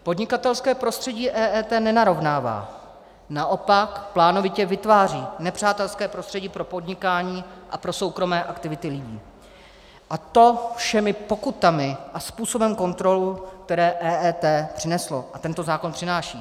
Podnikatelské prostředí EET nenarovnává, naopak plánovitě vytváří nepřátelské prostředí pro podnikání a pro soukromé aktivity lidí, a to všemi pokutami a způsobem kontrol, které EET přineslo a tento zákon přináší.